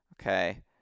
Okay